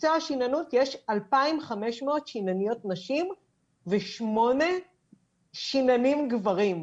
מקצוע שיננות יש 2,500 שינניות נשים ו-8 שיננים גברים.